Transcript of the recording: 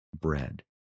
bread